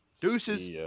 Deuces